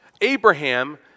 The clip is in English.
Abraham